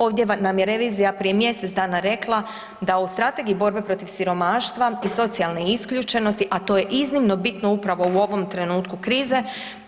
Ovdje nam je revizija prije mjesec dana rekla da o Strategiji borbe protiv siromaštva i socijalne isključenosti, a to je iznimno bitno upravo u ovom trenutku krize,